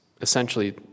essentially